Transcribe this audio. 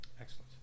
Excellent